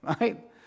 right